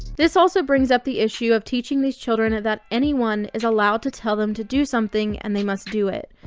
this also brings up the issue of teaching these children that anyone is allowed to tell them to do something and they must do it,